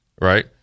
right